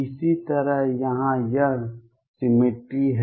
इसी तरह यहाँ यह सिमिट्री है